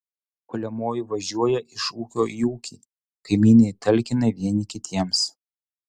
kuliamoji važiuoja iš ūkio į ūkį kaimynai talkina vieni kitiems